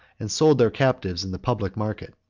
and sold their captives in the public market.